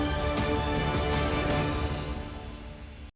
Дякую.